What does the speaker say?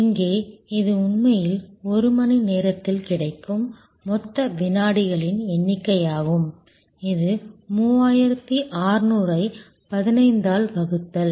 இங்கே இது உண்மையில் ஒரு மணி நேரத்தில் கிடைக்கும் மொத்த வினாடிகளின் எண்ணிக்கையாகும் இது 3600ஐ 15 ஆல் வகுத்தல்